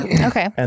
Okay